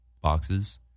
boxes